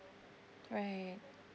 right